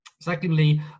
Secondly